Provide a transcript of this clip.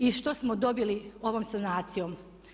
I što smo dobili ovom sanacijom?